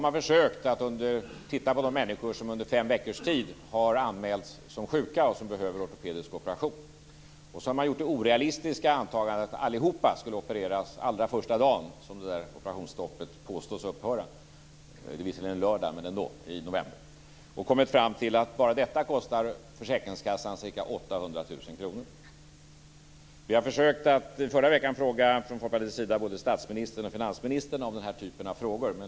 Man har tittat på de människor som under fem veckors tid har anmälts som sjuka och som behöver ortopedisk operation. Man har sedan gjort det orealistiska antagandet att alla skulle opereras den allra första dagen då operationsstoppet påstås upphöra; det är en lördag i november. Man har kommit fram till att bara det kostar försäkringskassan ca 800 000 kr. Förra veckan försökte Folkpartiet att fråga både statsministern och finansministern om den här typen av problem.